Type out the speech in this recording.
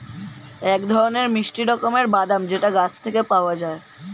এক ধরনের মিষ্টি রকমের বাদাম যেটা গাছ থেকে পাওয়া যায়